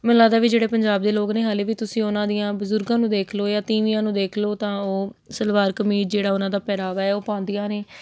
ਮੈਨੂੰ ਲੱਗਦਾ ਵੀ ਜਿਹੜੇ ਪੰਜਾਬ ਦੇ ਲੋਕ ਨੇ ਹਾਲੇ ਵੀ ਤੁਸੀਂ ਉਹਨਾਂ ਦੀਆਂ ਬਜ਼ੁਰਗਾਂ ਨੂੰ ਦੇਖ ਲਉ ਜਾਂ ਤੀਵੀਆਂ ਨੂੰ ਦੇਖ ਲਉ ਤਾਂ ਉਹ ਸਲਵਾਰ ਕਮੀਜ਼ ਜਿਹੜਾ ਉਹਨਾਂ ਦਾ ਪਹਿਰਾਵਾ ਹੈ ਉਹ ਪਾਉਂਦੀਆਂ ਨੇ